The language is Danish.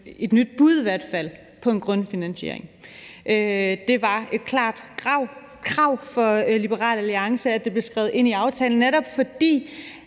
et nyt bud på en grundfinansiering. Det var et klart krav fra Liberal Alliance, at det blev skrevet ind i aftalen, netop fordi